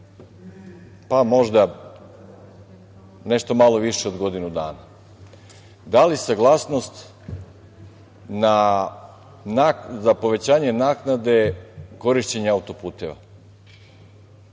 možda malo više od godinu dana, dali saglasnost za povećanje naknade korišćenja autoputeva,